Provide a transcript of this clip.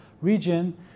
region